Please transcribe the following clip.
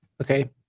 Okay